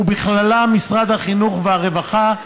ובכללם משרד החינוך, הרווחה,